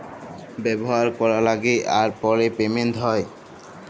ব্যাভার ক্যরার আগে আর পরে পেমেল্ট হ্যয়